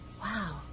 Wow